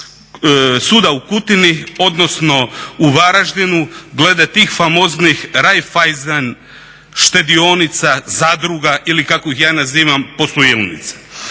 Suda u Kutini, odnosno u Varaždinu glede tih famoznih Raiffeisen štedionica, zadruga ili kako ih ja nazivam posuilnica.